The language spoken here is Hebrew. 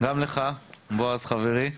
גם לך, בועז חברי,